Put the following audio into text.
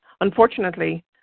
Unfortunately